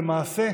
למעשה,